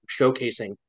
showcasing